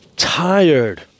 tired